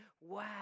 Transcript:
Wow